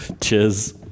cheers